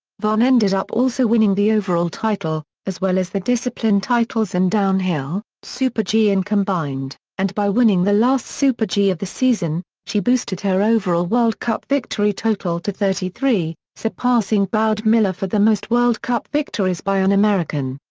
vonn ended up also winning the overall title, as well as the discipline titles in downhill, super-g and combined, and by winning the last super-g of the season, she boosted her overall world cup victory total to thirty three, surpassing bode miller for the most world cup victories by an american.